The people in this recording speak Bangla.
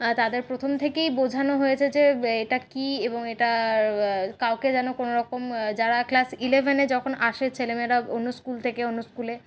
তাদের প্রথম থেকেই বোঝানো হয়েছে যে এটা কী এবং এটা কাউকে যেন কোনোরকম যারা ক্লাস ইলেভেনে যখন আসে ছেলেমেয়েরা অন্য স্কুল থেকে অন্য স্কুলে